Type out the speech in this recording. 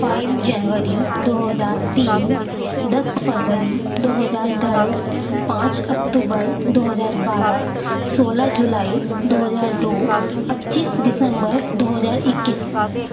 five جنوری دو ہزار تین دس فروری دو ہزار دس پانچ اکتوبر دو ہزار بارہ سولہ جولائی دو ہزار دو پچیس دسمبر دو ہزار اکیس